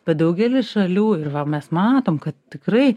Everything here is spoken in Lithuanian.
bet daugely šalių ir va mes matom kad tikrai